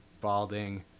balding